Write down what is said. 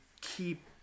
keep